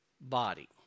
body